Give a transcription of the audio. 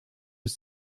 was